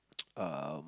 um